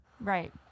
Right